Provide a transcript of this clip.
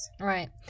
Right